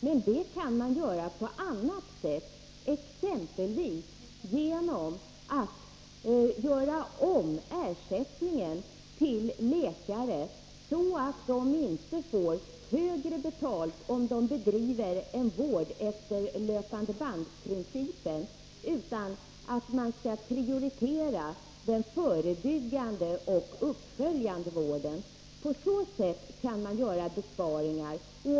Men det kan man göra på annat sätt, exempelvis genom att göra om ersättningen till läkare så att de inte får mer betalt om de bedriver vård efter löpandebandprincipen och så att man i stället prioriterar den förebyggande och den uppföljande vården. På så sätt kan man göra besparingar.